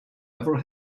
ever